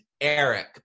Eric